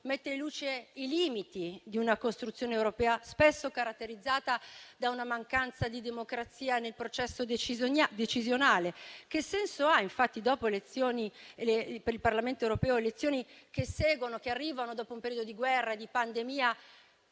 mette in luce i limiti di una costruzione europea, spesso caratterizzata da una mancanza di democrazia nel processo decisionale. Che senso ha infatti, dopo le elezioni per il Parlamento europeo, elezioni che arrivano dopo un periodo di guerra e di pandemia,